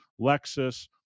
Lexus